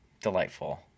Delightful